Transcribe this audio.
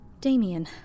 Damien